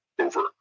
over